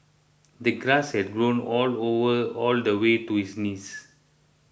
the grass had grown all all all all the way to his knees